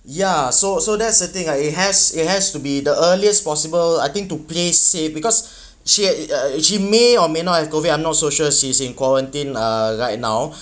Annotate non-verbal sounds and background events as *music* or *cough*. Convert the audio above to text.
ya so so that's a thing I it has it has to be the earliest possible I think to play safe because she had uh uh she may or may not have COVID I'm not so sure she's in quarantined uh right now *breath*